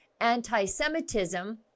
anti-Semitism